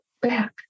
back